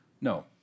No